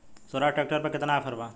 सोहराज tractor पर केतना offer बा?